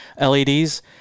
LEDs